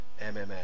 MMA